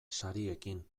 sariekin